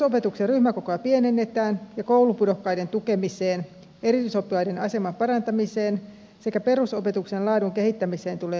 perusopetuksen ryhmäkokoja pienennetään ja koulupudokkaiden tukemiseen erityisoppilaiden aseman parantamiseen sekä perusopetuksen laadun kehittämiseen tulee lisärahaa